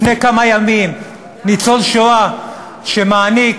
לפני כמה ימים ניצול שואה שמעניק,